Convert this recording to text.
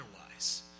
otherwise